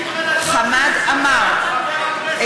חמד עמאר,